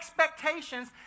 expectations